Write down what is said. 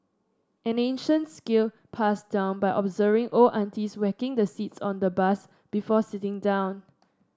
an ancient skill passed down by observing old aunties whacking the seats on the bus before sitting down